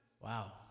Wow